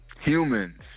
Humans